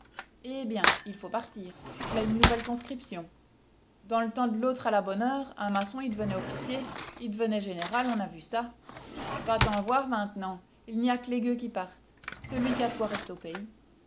hé bien y faut partir v'là une nouvelle conscription dans le temps de l'autre à la bonne heure un maçon y devenait officier y devenait général on a vu ça va-t'en voir maintenant il n'y a que les gueux qui partent celui qui a de quoi reste au pays